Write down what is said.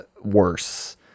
worse